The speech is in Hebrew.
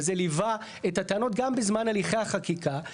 וזה ליווה את הטענות גם בזמן הליכי החקיקה.